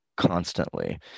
constantly